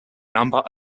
number